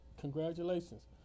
Congratulations